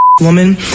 woman